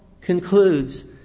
concludes